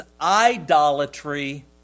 idolatry